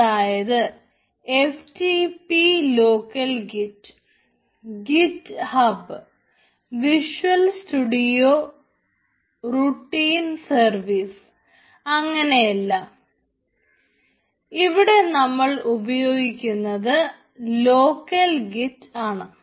അതായത് F T P local git അങ്ങനെയെല്ലാം ഇവിടെ നമ്മൾ ഉപയോഗിക്കുന്നത് ലോക്കൽ ഗിറ്റ് ആണ്